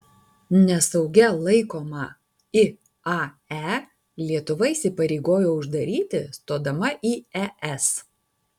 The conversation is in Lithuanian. nesaugia laikomą iae lietuva įsipareigojo uždaryti stodama į es